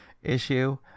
issue